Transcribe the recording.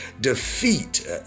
defeat